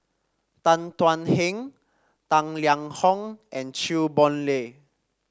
Tan Thuan Heng Tang Liang Hong and Chew Boon Lay